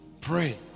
Pray